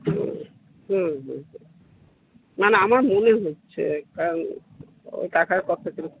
হুম হুম হুম মানে আমার মনে হচ্ছে একটা ওই কাকার কথা